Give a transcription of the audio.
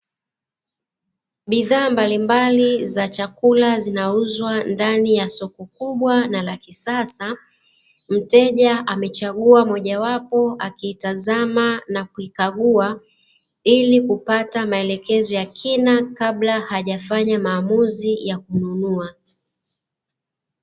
Bidhaa mbalimbali za chakula zinauzwa ndani ya soko kubwa na la kisasa, mteja amechagua mojawapo akiitazama na kuikagua ili kupata maelekezo ya kina kabla hajafanya maamuzi ya kununua.